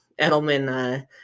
Edelman